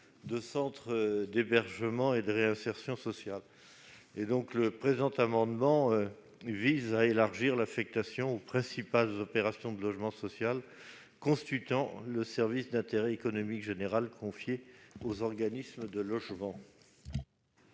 de centres d'hébergement et de réinsertion sociale. Par le présent amendement, nous proposons donc d'élargir l'affectation aux principales opérations de logement social constituant le service d'intérêt économique général confié aux organismes de logements